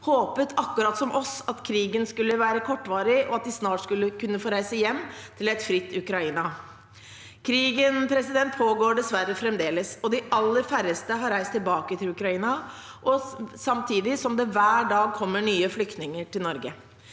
håpet akkurat som oss at krigen skulle være kortvarig, og at de snart skulle kunne få reise hjem til et fritt Ukraina. Krigen pågår dessverre fremdeles. De aller færreste har reist tilbake til Ukraina, samtidig som det hver dag kommer nye flyktninger til Norge.